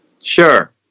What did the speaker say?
Sure